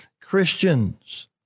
Christians